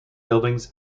buildings